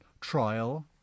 trial